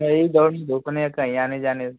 नहीं दौड़ने धूपने कहीं आने जाने